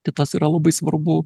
tai tas yra labai svarbu